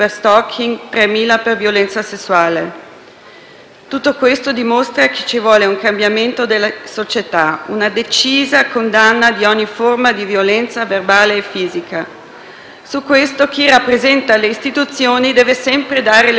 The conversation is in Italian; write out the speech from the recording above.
Tutto questo dimostra che ci vuole un cambiamento delle società, una decisa condanna di ogni forma di violenza verbale e fisica. Su questo chi rappresenta le istituzioni deve sempre dare l'esempio e invece non sempre